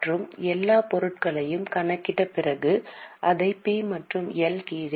மற்ற எல்லா பொருட்களையும் கணக்கிட்ட பிறகு அதை பி மற்றும் எல் கீழே தனித்தனியாகக் காட்ட வேண்டும்